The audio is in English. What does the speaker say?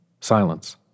Silence